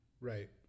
Right